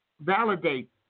validate